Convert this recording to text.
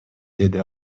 деди